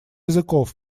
языков